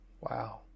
Wow